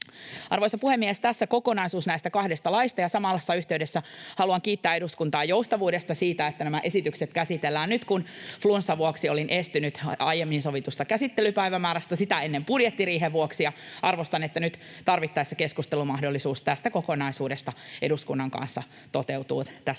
Arvoisa puhemies! Tässä kokonaisuus näistä kahdesta laista. Samassa yhteydessä haluan kiittää eduskuntaa joustavuudesta siinä, että nämä esitykset käsitellään nyt, kun flunssan vuoksi olin estynyt aiemmin sovittuna käsittelypäivämääränä ja sitä ennen budjettiriihen vuoksi. Arvostan sitä, että tarvittaessa keskustelu tästä kokonaisuudesta eduskunnan kanssa toteutuu nyt tässä